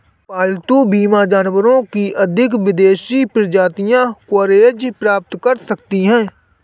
पालतू बीमा जानवरों की अधिक विदेशी प्रजातियां कवरेज प्राप्त कर सकती हैं